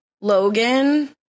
Logan